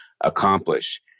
accomplish